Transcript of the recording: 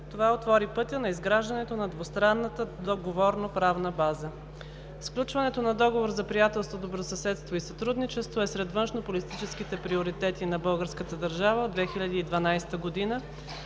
Това отвори пътя за изграждането на двустранната договорно-правна база. Сключването на Договор за приятелство, добросъседство и сътрудничество е сред външнополитическите приоритети на българската държава от 2012 г.,